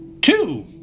two